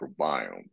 microbiome